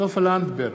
סופה לנדבר,